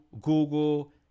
Google